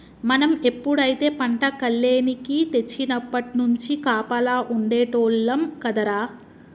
మనం ఎప్పుడైతే పంట కల్లేనికి తెచ్చినప్పట్నుంచి కాపలా ఉండేటోల్లం కదరా